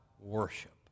worship